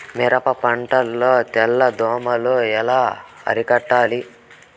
మిరప పంట లో తెల్ల దోమలు ఎలా అరికట్టాలి?